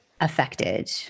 affected